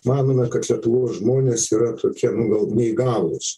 manome kad lietuvos žmonės yra tokie nu gal neįgalūs